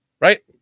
right